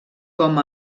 com